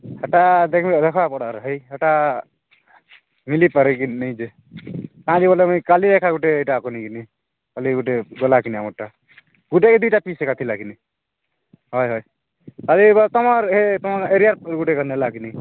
ସେଟା ଦେଖିବେ ଦେଖ ବର୍ଡ଼ର ହେଇ ସେଟା ମିଲିପାରେ କି ନାଇଁ ଯେ କାଁ ଯିବ ବୋଲେ କାଲି ଏକା ଗୁଟେ ଏଇଟା ୟାକୁ ନେଇ କିନି କାଲି ଗୋଟେ ଗଲା କି ନମ୍ୱର୍ଟା ଗୁଟେ କି ଦୁଇଟା ପିସ୍ ଏକା ଥିଲା କିନି ହଏ ହଏ ହଏ ବ ତମର୍ ତମର୍ ଏରିଆ ଗୁଟେ ନେଲା କିନି